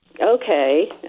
Okay